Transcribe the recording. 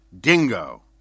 dingo